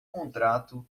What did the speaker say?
contrato